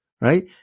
Right